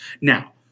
Now